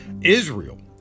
Israel